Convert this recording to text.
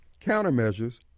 countermeasures